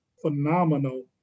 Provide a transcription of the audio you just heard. phenomenal